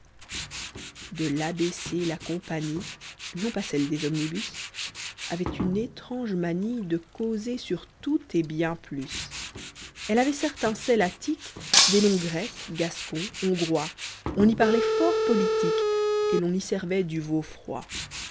de l'a b c la compagnie non pas celte des omnibus avait une étrange manie de causer sur tout et bien plus elle avait certain sel attique des noms grecs gascons hongrois on y parlait fort politique et l'on y servait du veau froid